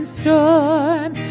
storm